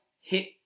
hit